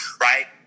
right